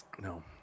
No